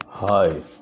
Hi